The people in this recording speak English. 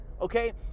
okay